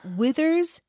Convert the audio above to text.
withers